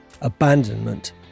abandonment